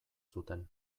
zuten